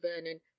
Vernon